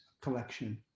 collection